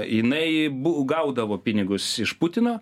jinai bu gaudavo pinigus iš putino